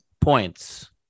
points